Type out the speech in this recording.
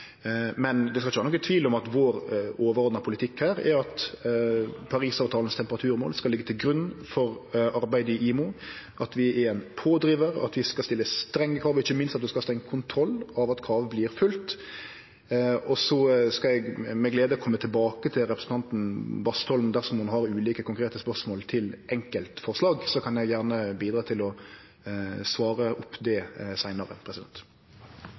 Men det skal ikkje vere nokon tvil om at vår overordna politikk er at Parisavtalens temperaturmål skal liggje til grunn for arbeidet i IMO, at vi er ein pådrivar, at vi skal stille strenge krav, og ikkje minst at vi skal ha streng kontroll med at krav vert følgde. Eg skal med glede kome tilbake til representanten Bastholm. Dersom ho har konkrete spørsmål til enkeltforslag, kan eg gjerne bidra til å svare på dei seinare.